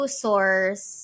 source